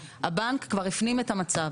הבנק כבר הפנים את המצב.